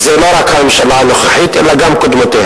זה לא רק הממשלה הנוכחית אלא גם קודמותיה,